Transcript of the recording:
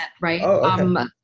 right